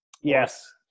Yes